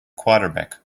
quarterback